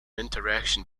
interaction